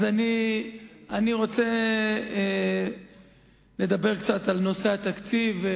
אז אני רוצה לדבר קצת על נושא התקציב.